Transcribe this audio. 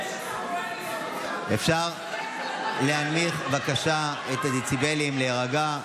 אפשר להנמיך בבקשה את הדציבלים ולהירגע?